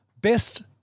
best